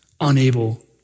unable